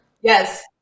Yes